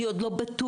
אני עוד לא בטוח,